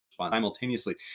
simultaneously